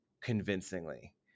convincingly